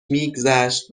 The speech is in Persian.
میگذشت